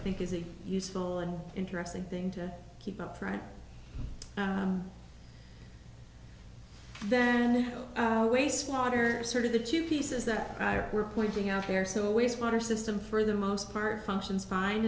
think is a useful and interesting thing to keep up front then waste water is sort of the two pieces that we're pointing out here so a waste water system for the most part functions fine